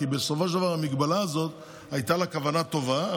כי בסופו של דבר למגבלה הזאת הייתה כוונה טובה,